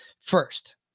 First